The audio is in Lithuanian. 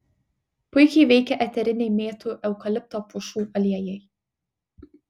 puikiai veikia eteriniai mėtų eukalipto pušų aliejai